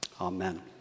Amen